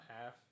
half